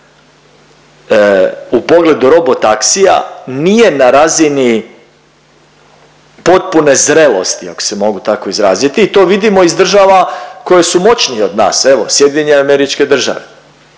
u pogledu robo taksija, nije na razini potpune zrelosti ako se mogu tako izraziti i to vidimo iz država koje su moćnije od nas. Evo SAD. Mi vidimo